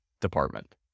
department